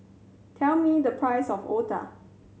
tell me the price of otah